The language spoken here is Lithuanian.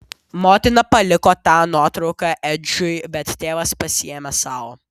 motina paliko tą nuotrauką edžiui bet tėvas pasiėmė sau